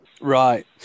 Right